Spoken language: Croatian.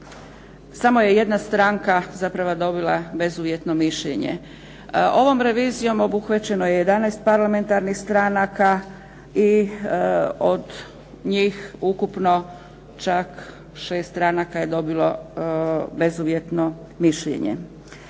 samo je jedna stranka zapravo dobila bezuvjetno mišljenje. Ovom revizijom obuhvaćeno je 11 parlamentarnih stranaka i od njih ukupno čak 6 stranaka je dobilo bezuvjetno mišljenje.